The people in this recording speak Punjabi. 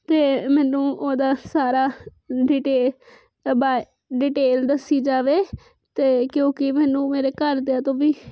ਤੇ ਮੈਨੂੰ ਉਹਦਾ ਸਾਰਾ ਡਿਟੇਲ ਦੱਸੀ ਜਾਵੇ ਤੇ ਕਿਉਂਕਿ ਮੈਨੂੰ ਮੇਰੇ ਘਰਦਿਆਂ ਤੋਂ ਵੀ